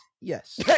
Yes